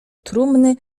trumny